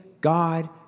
God